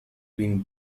been